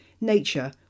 nature